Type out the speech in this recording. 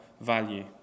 value